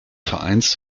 vereins